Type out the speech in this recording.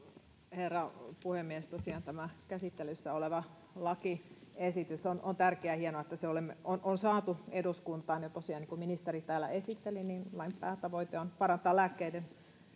herra puhemies tosiaan tämä käsittelyssä oleva lakiesitys on on tärkeä ja on hienoa että se on on saatu eduskuntaan tosiaan niin kuin ministeri täällä esitteli lain päätavoite on parantaa lääkkeiden